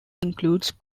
includes